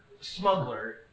smuggler